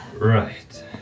Right